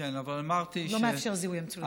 לא מאפשר זיהוי המצולמים.